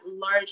large